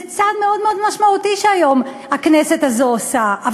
זה צעד מאוד מאוד משמעותי שהכנסת הזו עושה היום.